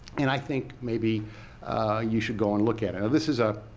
and i think, maybe you should go and look at it. this is a